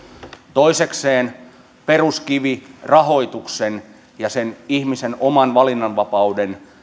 toisekseen peruskivet rahoituksen ja sen ihmisen oman valinnanvapauden